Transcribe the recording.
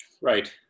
Right